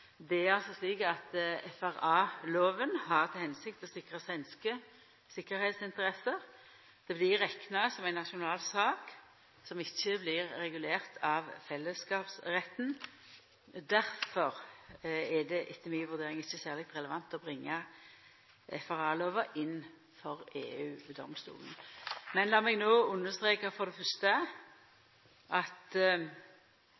Det er altså slik at FRA-lova har til hensikt å sikra svenske tryggleiksinteresser. Det blir rekna som ei nasjonal sak, som ikkje blir regulert av fellesskapsretten. Difor er det etter mi vurdering ikkje særleg relevant å bringa FRA-lova inn for EU-domstolen. Men lat meg no understreka, for det